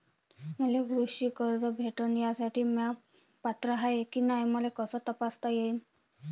मले कृषी कर्ज भेटन यासाठी म्या पात्र हाय की नाय मले कस तपासता येईन?